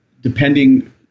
depending